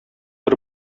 бер